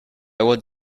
would